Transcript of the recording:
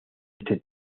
este